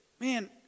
man